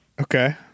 Okay